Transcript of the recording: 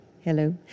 Hello